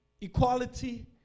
equality